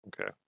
Okay